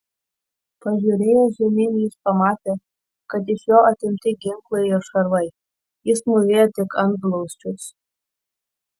pažiūrėjęs žemyn jis pamatė kad iš jo atimti ginklai ir šarvai jis mūvėjo tik antblauzdžius